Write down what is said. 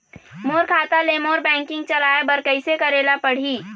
मोर खाता ले मोर बैंकिंग चलाए बर कइसे करेला पढ़ही?